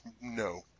no